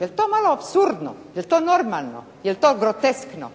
Je li to malo apsurdno? Je li to normalno? Je li to groteskno?